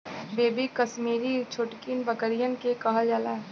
baby Kashmiri छोटकिन बकरियन के कहल जाला